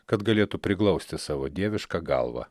kad galėtų priglausti savo dievišką galvą